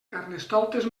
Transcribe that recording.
carnestoltes